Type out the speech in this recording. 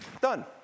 Done